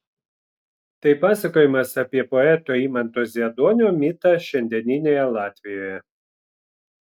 tai pasakojimas apie poeto imanto zieduonio mitą šiandieninėje latvijoje